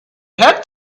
had